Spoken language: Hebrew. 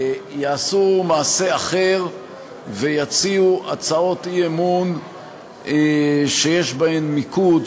יעשו מעשה אחר ויציעו הצעות אי-אמון שיש בהן מיקוד,